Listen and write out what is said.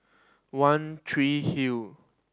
One Tree Hill